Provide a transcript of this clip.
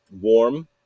warm